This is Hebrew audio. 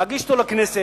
ומגיש אותו לכנסת.